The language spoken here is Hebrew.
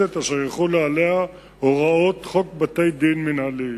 מיוחדת אשר יחולו עליה הוראות חוק בתי-דין מינהליים.